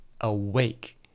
awake